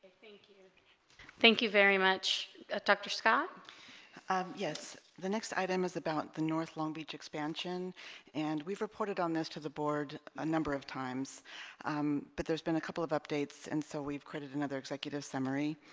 thank you thank you very much ah dr. scott um yes the next item is about the north long beach expansion and we've reported on this to the board a number of times but there's been a couple of updates and so we've created another executive summary